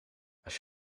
als